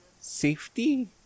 Safety